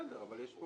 בסדר, יש פה